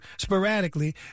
sporadically